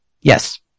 Yes